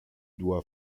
doit